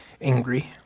angry